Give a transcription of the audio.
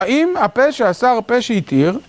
אם הפשע, שר פשע יתיר